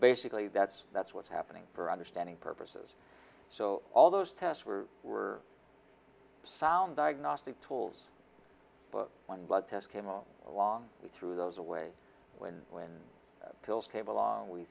basically that's that's what's happening for understanding purposes so all those tests were were sound diagnostic tools book when blood tests came all along through those away when when that kills table long we